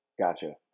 Gotcha